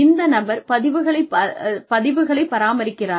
இந்த நபர் பதிவுகளைப் பதிவுகளை பராமரிக்கிறாரா